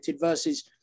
versus